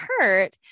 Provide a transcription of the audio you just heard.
hurt